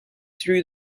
through